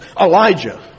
Elijah